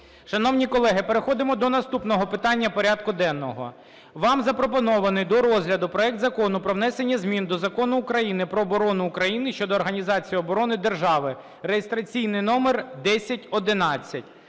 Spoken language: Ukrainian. Шановні колеги, переходимо до наступного питання порядку денного. Вам запропонований до розгляду проект Закону про внесення змін до Закону України "Про оборону України" щодо організації оборони держави (реєстраційний номер 1011).